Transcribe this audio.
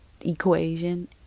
equation